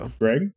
Greg